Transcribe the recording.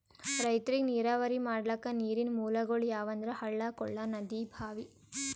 ರೈತರಿಗ್ ನೀರಾವರಿ ಮಾಡ್ಲಕ್ಕ ನೀರಿನ್ ಮೂಲಗೊಳ್ ಯಾವಂದ್ರ ಹಳ್ಳ ಕೊಳ್ಳ ನದಿ ಭಾಂವಿ